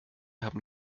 haben